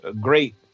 great